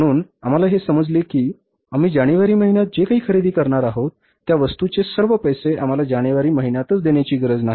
म्हणून आम्हाला हे समजले की आम्ही जानेवारी महिन्यात जे काही खरेदी करणार आहोत त्या वस्तूचे सर्व पैसे आम्हाला जानेवारी महिन्यातच देण्याची गरज नाही